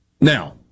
Now